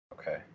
Okay